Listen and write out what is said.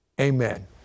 Amen